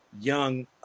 young